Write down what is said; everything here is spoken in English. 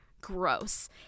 Gross